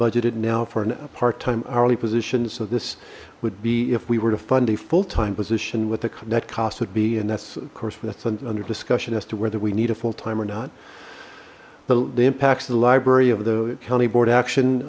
budgeted now for a part time hourly position so this would be if we were to fund a full time position what the cadet cost would be and that's of course that's under discussion as to whether we need a full time or not the impacts the library of the county board action